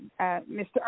Mr